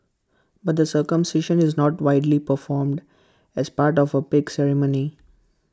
but the circumcision is not widely performed as part of A big ceremony